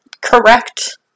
correct